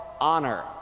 honor